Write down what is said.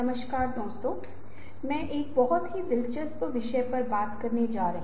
नमस्कार दोस्तों आज हम दृश्य स्मस्कृति की दुनिया के बारे मे बात करने जा रहे हैं